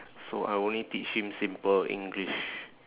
so I only teach him simple english